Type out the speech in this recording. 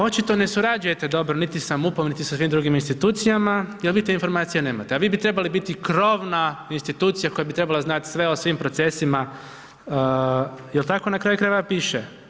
Očito ne surađujete dobro niti sa MUP-om niti sa svim drugim institucijama jer vi ste informacije nemate, a vi bi trebali biti krovna institucija koja bi trebala znati sve o svim procesima, jer tako na kraju krajeva piše.